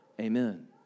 Amen